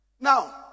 now